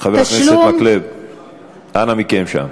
חבר הכנסת מקלב, אנא מכם שם.